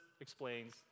explains